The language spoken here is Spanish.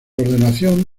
ordenación